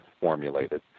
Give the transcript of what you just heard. formulated